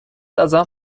ازم